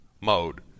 mode